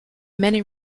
many